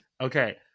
Okay